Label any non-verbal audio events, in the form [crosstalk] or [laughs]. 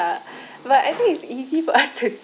ya but I think it's easy for us to [laughs]